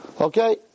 Okay